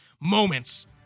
moments